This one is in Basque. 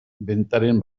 bentaren